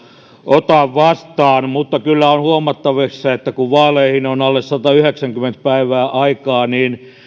ota vastaan mutta kyllä on huomattavissa että kun vaaleihin on alle satayhdeksänkymmentä päivää aikaa niin